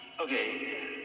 Okay